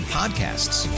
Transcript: podcasts